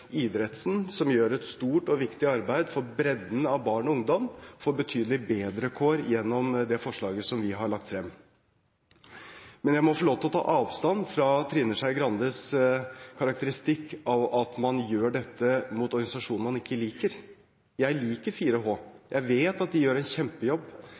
som gjør et stort og viktig arbeid for bredden av barn og ungdom, får betydelig bedre kår gjennom det forslaget som vi har lagt frem. Men jeg må få lov til å ta avstand fra Trine Skei Grandes karakteristikk når det gjelder at man gjør dette mot organisasjoner man ikke liker. Jeg liker